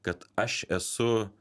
kad aš esu